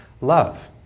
love